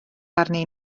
arni